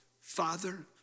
Father